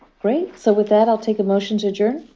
great. so with that, i'll take a motion to adjourn.